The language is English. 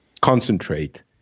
concentrate